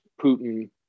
putin